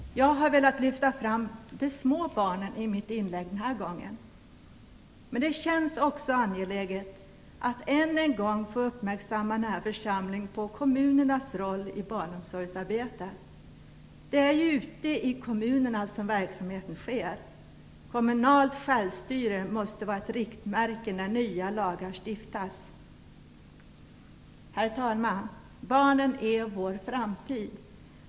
Jag har i mitt inlägg den här gången velat lyfta fram de små barnen. Men det känns också angeläget att än en gång få uppmärksamma denna församling på kommunernas roll i barnomsorgsarbetet. Det är ute i kommunerna som verksamheten sker. Kommunalt självstyre måste vara ett riktmärke när nya lagar stiftas. Herr talman! Barnen är vår framtid.